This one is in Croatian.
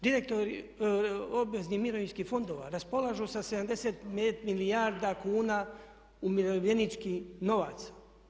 Direktori obveznih mirovinskih fondova raspolažu sa 70 milijarda kuna umirovljeničkih novaca.